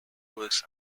works